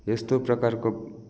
यस्तो प्रकारको